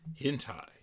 hentai